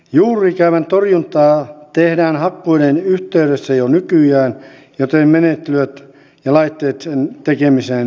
juurikäävän torjuntaa tehdään hakkuiden yhteydessä jo nykyään joten menettelyt ja laitteet sen tekemiseen ovat olemassa